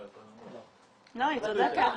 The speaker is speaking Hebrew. לא --- לא, היא צודקת.